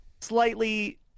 slightly